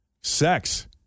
Sex